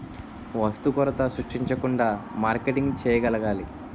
వస్తు కొరత సృష్టించకుండా మార్కెటింగ్ చేయగలగాలి